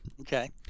Okay